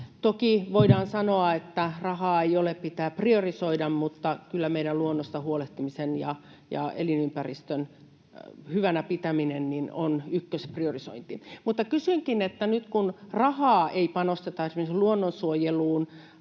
Toki voidaan sanoa, että rahaa ei ole ja pitää priorisoida, mutta kyllä meidän luonnosta huolehtiminen ja elinympäristön hyvänä pitäminen on ykköspriorisointi. Kysynkin: Nyt kun rahaa ei panosteta esimerkiksi luonnonsuojeluun